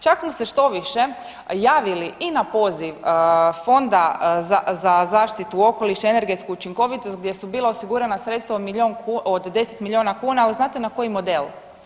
Čak smo se štoviše javili i na poziv Fonda za zaštitu okoliša i energetsku učinkovitost gdje su bila osigurana sredstva od milijun kuna, od 10 milijuna kuna, ali znate na koji model?